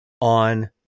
on